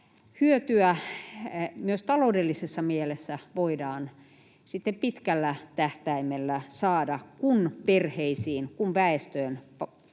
hyötyä myös taloudellisessa mielessä voidaan sitten pitkällä tähtäimellä saada, kun perheisiin ja väestöön